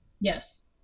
Yes